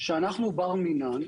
שאנחנו בר מינן.